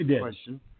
question